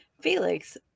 Felix